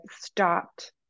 stopped